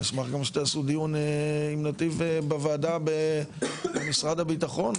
אשמח גם שתעשו דיון עם "נתי"ב" בוועדה במשרד הביטחון,